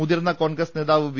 മുതിർന്ന കോൺഗ്രസ് നേതാ വ് വി